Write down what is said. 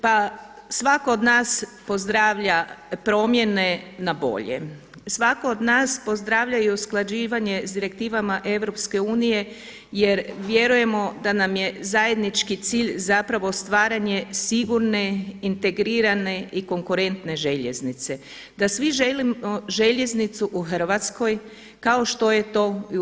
Pa svatko od nas pozdravlja promjene na bolje, svatko od nas pozdravlja i usklađivanje sa direktivama EU jer vjerujemo da nam je zajednički cilj zapravo stvaranje sigurne integrirane i konkurentne željeznici, da svi želimo željeznicu u Hrvatskoj kao što je to i u EU.